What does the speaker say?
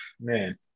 man